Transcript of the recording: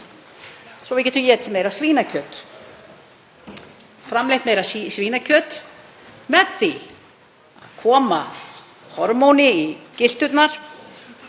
að við getum étið meira svínakjöt, framleitt meira svínakjöt með því að koma hormóni í gylturnar